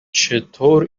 چطور